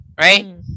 Right